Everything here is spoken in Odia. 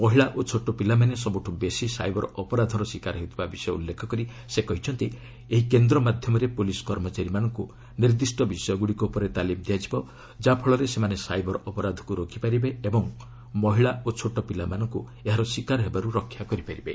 ମହିଳା ଓ ଛୋଟପିଲାମାନେ ସବୁଠୁ ବେଶୀ ସାଇବର ଅପରାଧର ଶିକାର ହେଉଥିବା ବିଷୟ ଉଲ୍ଲ୍ଫେଖ କରି ସେ କହିଛନ୍ତି ଏହି କେନ୍ଦ୍ର ମାଧ୍ୟମରେ ପୋଲିସ୍ କର୍ମଚାରୀମାନଙ୍କୁ ନିର୍ଦ୍ଦିଷ୍ଟ ବିଷୟଗୁଡ଼ିକ ଉପରେ ତାଲିମ ଦିଆଯିବ ଯା'ଫଳରେ ସେମାନେ ସାଇବର ଅପରାଧକୁ ରୋକିପାରିବେ ଓ ମହିଳା ଏବଂ ଛୋଟପିଲାମାନଙ୍କୁ ଏହାର ଶିକାର ହେବାରୁ ରକ୍ଷା କରିପାରିବେ